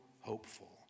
hopeful